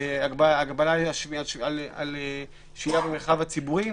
הגבלה על שהייה במרחב הציבורי.